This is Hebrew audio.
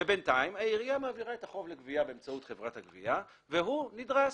ובינתיים העירייה מעבירה את החוב לגבייה באמצעות חברת הגבייה והוא נדרס.